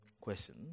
question